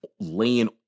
laying